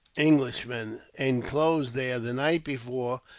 englishmen inclosed there the night before,